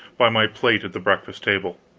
by my plate at the breakfast table.